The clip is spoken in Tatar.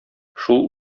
шул